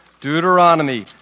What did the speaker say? Deuteronomy